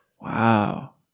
Wow